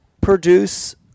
produce